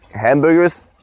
hamburgers